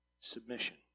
submission